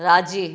राजी